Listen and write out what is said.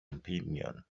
opinion